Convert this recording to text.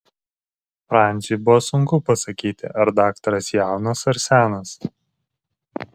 franciui buvo sunku pasakyti ar daktaras jaunas ar senas